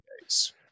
days